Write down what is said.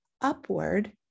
upward